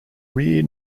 rear